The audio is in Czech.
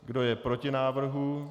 Kdo je proti návrhu?